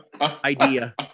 idea